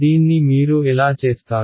దీన్ని మీరు ఎలా చేస్తారు